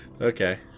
Okay